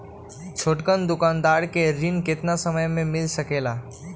छोटकन दुकानदार के ऋण कितने समय मे मिल सकेला?